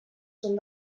són